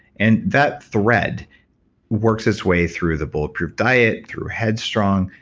and that thread works it's way through the bulletproof diet, through headstrong,